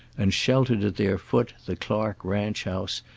and sheltered at their foot the clark ranch house,